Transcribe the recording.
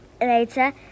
later